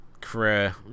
career